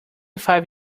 five